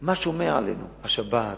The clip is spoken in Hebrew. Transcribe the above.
מה שומר עלינו: השבת,